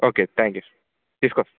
okay thank you తీసుకొస్తాము